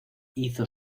hizo